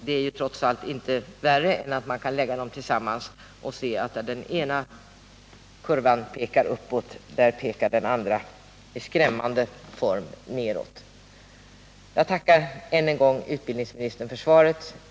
Det är trots allt inte värre än att man kan lägga dem tillsammans och se att där ena kurvan pekar uppåt pekar den andra på ett skrämmande sätt nedåt. Jag tackar än en gång utbildningsministern för svaret.